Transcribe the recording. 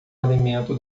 alimento